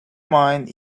mind